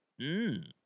Mmm